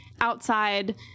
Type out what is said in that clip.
outside